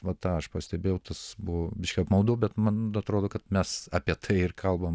vat tą aš pastebėjau tas buvo biškį apmaudu bet man atrodo kad mes apie tai ir kalbam